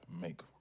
make